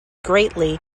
greatly